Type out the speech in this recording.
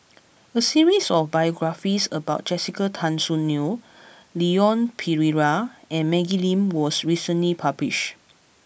a series of biographies about Jessica Tan Soon Neo Leon Perera and Maggie Lim was recently published